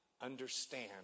understand